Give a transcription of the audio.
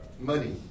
money